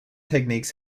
techniques